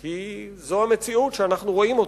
כי זו המציאות שאנחנו רואים אותה.